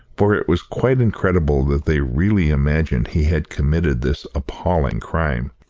for it was quite incredible that they really imagined he had committed this appalling crime.